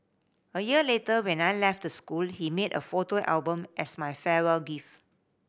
a year later when I left the school he made a photo album as my farewell gift